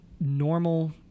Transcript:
normal